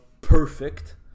perfect